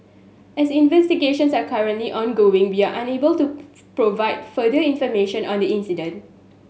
as investigations are currently ongoing we are unable to provide further information on the incident